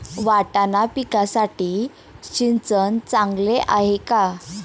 वाटाणा पिकासाठी सिंचन चांगले आहे का?